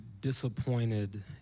disappointed